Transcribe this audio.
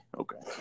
okay